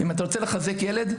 אם אתה רוצה לחזק ילד,